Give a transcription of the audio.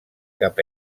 cap